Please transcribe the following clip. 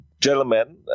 gentlemen